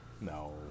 no